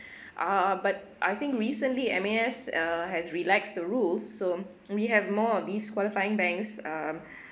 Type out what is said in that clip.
uh but I think recently M_A_S uh has relaxed the rules so we have more of these qualifying banks um